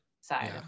side